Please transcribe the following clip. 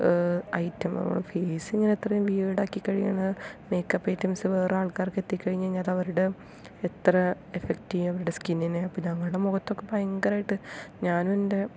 item നമ്മളാ face ഇങ്ങനെ ഇത്രയും വിയേഡ് ആക്കി കഴിഞ്ഞാൽ മേക്കപ്പ് ഐറ്റംസ് വേറെ ആൾക്കാർക്ക് എത്തിക്കഴിഞ്ഞുകഴിഞ്ഞാൽ അതവരുടെ എത്ര എഫക്ട് ചെയ്യും അവരുടെ സ്കിന്നിന് അപ്പോൾ പിന്നെ നമ്മുടെ മുഖത്ത് ഭയങ്കരമായിട്ട് ഞാനും എൻറെ